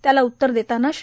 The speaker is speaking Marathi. त्याला उत्तर देताना श्री